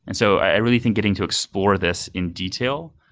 and so, i really think getting to explore this in detail,